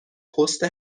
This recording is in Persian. پست